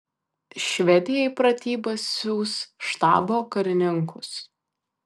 švedija į pratybas siųs štabo karininkus